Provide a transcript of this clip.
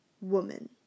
woman